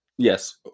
Yes